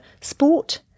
Sport